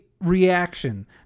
reaction